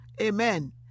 Amen